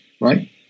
right